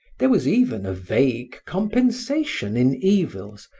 there was even a vague compensation in evils,